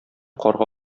карга